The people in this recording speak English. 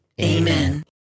Amen